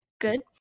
good